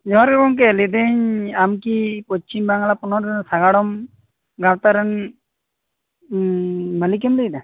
ᱡᱚᱦᱟᱨ ᱜᱮ ᱜᱚᱝᱠᱮ ᱞᱟᱹᱭᱫᱟ ᱧ ᱟᱢ ᱠᱤ ᱯᱚᱪᱷᱤᱢ ᱵᱟᱝᱞᱟ ᱯᱚᱱᱚᱛ ᱨᱤᱱᱤᱡ ᱥᱟᱜᱟᱲᱚᱢ ᱜᱟᱶᱛᱟ ᱨᱮᱱ ᱢᱟᱞᱤᱠᱮᱢ ᱞᱟᱹᱭᱫᱟ